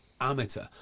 Amateur